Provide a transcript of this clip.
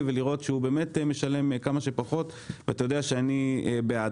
ולראות שהוא באמת משלם כמה שפחות ואתה יודע שאני בעד,